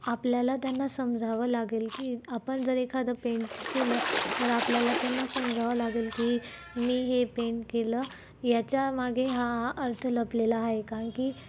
आपल्याला त्यांना समजावं लागेल की आपण जर एखादं पेंट केलं तर आपल्याला त्यांना समजावं लागेल की मी हे पेंट केलं याच्यामागे हा हा अर्थ लपलेला आहे कारण की